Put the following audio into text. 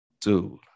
Dude